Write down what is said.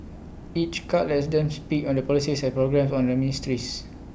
each cut lets them speak on the policies and programmes of the ministries